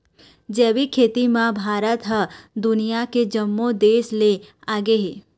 जैविक खेती म भारत ह दुनिया के जम्मो देस ले आगे हे